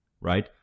right